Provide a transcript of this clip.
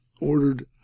ordered